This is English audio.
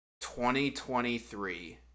2023